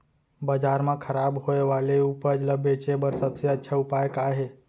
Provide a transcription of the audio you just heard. बाजार मा खराब होय वाले उपज ला बेचे बर सबसे अच्छा उपाय का हे?